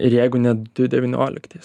ir jeigu ne du devynioliktais